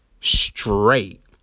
straight